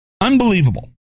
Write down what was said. Unbelievable